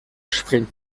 springt